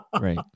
Right